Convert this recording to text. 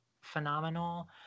phenomenal